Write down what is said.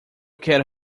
quero